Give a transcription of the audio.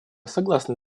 согласны